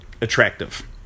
attractive